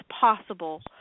possible